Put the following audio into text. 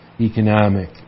economic